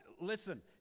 listen